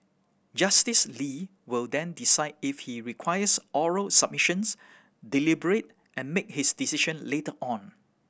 Justice Lee will then decide if he requires oral submissions deliberate and make his decision later on